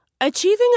Achieving